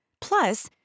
Plus